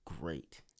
great